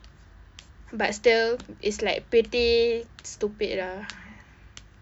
but still it's like pretty stupid lah